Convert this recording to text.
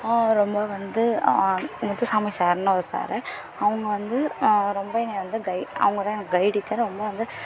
ஆ ரொம்ப வந்து முத்துசாமி சாருன்னு ஒரு சாரு அவங்க வந்து அவங்க ரொம்ப என்னை வந்து கயிட் அவங்க தான் எனக்கு கயிட் டீச்சர் அவங்க ரொம்ப வந்து